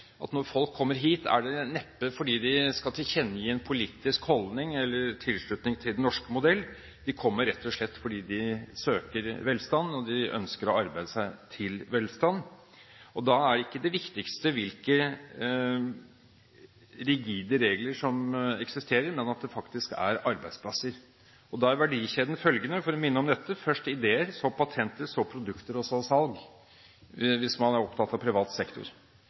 at når folk kommer hit, er det neppe fordi de skal tilkjennegi en politisk holdning eller tilslutning til den norske modell. De kommer rett og slett fordi de søker velstand, og de ønsker å arbeide seg til velstand. Da er ikke det viktigste hvilke rigide regler som eksisterer, men at det faktisk er arbeidsplasser. Da er verdikjeden følgende, for å minne om den: først ideer, så patenter, så produkter og så salg, hvis man er opptatt av privat sektor.